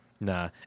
Nah